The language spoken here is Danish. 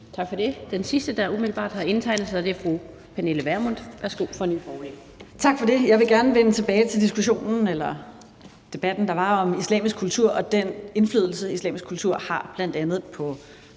Tak for det. Den sidste, der umiddelbart har indtegnet sig, er fru Pernille Vermund fra Nye Borgerlige. Værsgo. Kl. 11:44 Pernille Vermund (NB): Tak for det. Jeg vil gerne vende tilbage til diskussionen eller debatten, der var om islamisk kultur og den indflydelse, islamisk kultur har bl.a. på